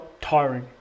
tiring